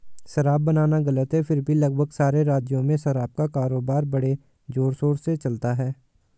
शराब बनाना गलत है फिर भी लगभग सारे राज्यों में शराब का कारोबार बड़े जोरशोर से चलता है